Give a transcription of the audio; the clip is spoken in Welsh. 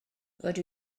rydw